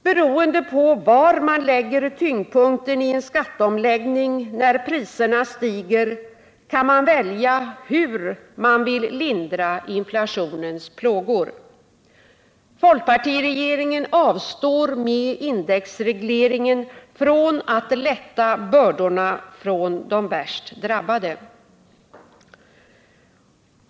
Beroende på var man lägger tyngdpunkten i en skatteomläggning när priserna stiger, kan man välja hur man vill lindra inflationens plågor. Folkpartiregeringen avstår med indexregleringen från att lätta bördorna för de värst drabbade.